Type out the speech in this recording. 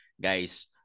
guys